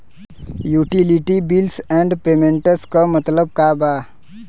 Utility bills and payments क मतलब का बा?